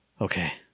okay